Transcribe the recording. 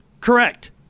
Correct